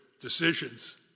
decisions